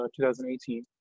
2018